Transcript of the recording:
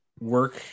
work